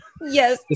Yes